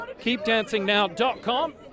keepdancingnow.com